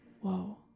Whoa